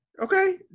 Okay